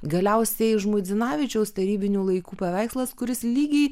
galiausiai žmuidzinavičiaus tarybinių laikų paveikslas kuris lygiai